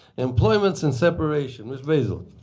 employments and separation, ms. basel.